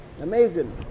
Amazing